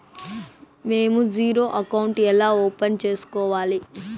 మేము zero account ఎలా open సేసుకోవాలి